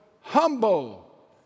humble